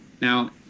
Now